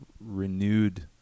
renewed